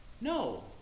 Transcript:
no